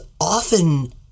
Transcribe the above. often